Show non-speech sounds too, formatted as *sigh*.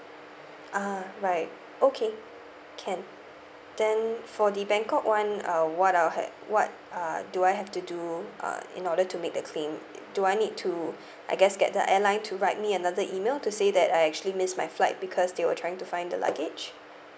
ah right okay can then for the bangkok [one] uh what I'll had what uh do I have to do uh in order to make the claim do I need to *breath* I guess get the airline to write me another email to say that I actually missed my flight because they were trying to find the luggage